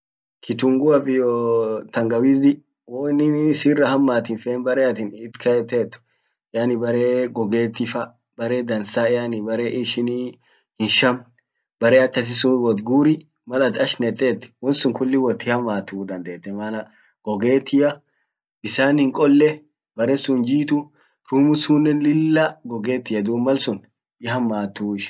Kitunguaf iyyo tangawizi wo innini sira hammat hinfen bere atin it keetet yani bere gogetifa bere dansa yani bere ishinii hin shamn bere akkasi sun wot guuri mal' at ash neetet won sun kulli wot hiamattu dandette mana gogettia bisan hin qolle bere sun hin jiitu room sunen lilla gogettia dum malsun hihamattu ishin.